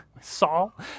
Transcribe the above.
Saul